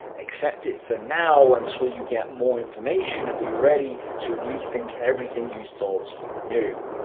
accept it for now, until you get more information, and be ready to rethink everything you thought you knew.